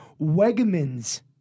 Wegmans